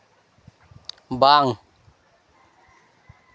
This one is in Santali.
ᱵᱟᱝ